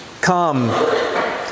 Come